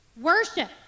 worship